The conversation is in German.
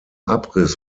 abriss